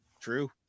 true